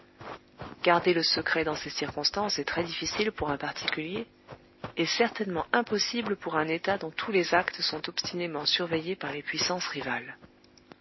garder le secret dans ces circonstances est très difficile pour un particulier et certainement impossible pour un etat dont tous les actes sont obstinément surveillés par les puissances rivales